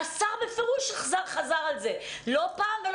השר בפירוש חזר על זה לא פעם ולא